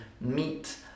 meet